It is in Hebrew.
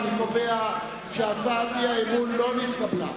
שהצעת האי-אמון לא נתקבלה.